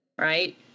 right